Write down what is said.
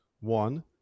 One